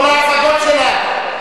כל ההצגות שלה.